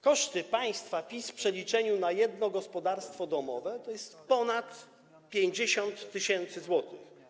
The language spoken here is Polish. Koszty państwa PiS w przeliczeniu na jedno gospodarstwo domowe to jest ponad 50 tys. zł.